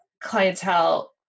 clientele